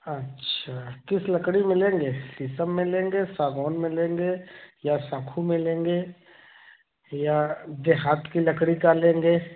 अच्छा किस लकड़ी में लेंगे शीशम में लेंगे सागवान में लेंगे या साखू में लेंगे या देहात की लकड़ी का लेंगे